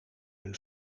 een